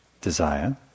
desire